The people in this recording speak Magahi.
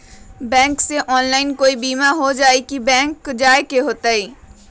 बैंक से ऑनलाइन कोई बिमा हो जाई कि बैंक जाए के होई त?